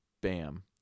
bam